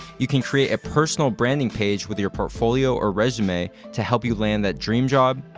you can create a personal branding page with your portfolio or resume to help you land that dream job.